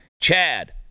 Chad